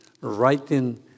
writing